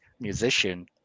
musician